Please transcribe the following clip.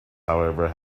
however